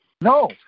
No